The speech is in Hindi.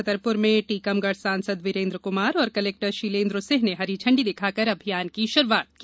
छतरपुर में टीकमगढ सांसद वीरेन्द्र कुमार और कलेक्टर शीलेन्द्र सिंह ने हरी झंडी दिखाकर अभियान की श्रूआत की